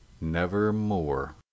nevermore